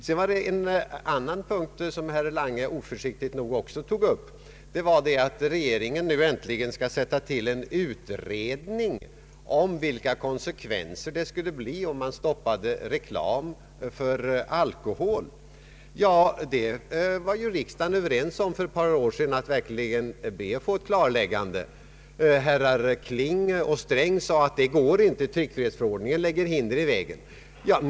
Herr Lange tog oförsiktigt upp också en annan punkt, nämligen att regeringen nu äntligen skall sätta till en utredning om vilka konsekvenser för tryckfriheten det skulle bli om man stoppade reklam för alkohol. Redan för ett par år sedan var riksdagen överens om att be att få ett klarläggande här. Herrar Kling och Sträng sade att det inte går, tryckfrihetsförordningen lägger hinder i vägen.